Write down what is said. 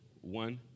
one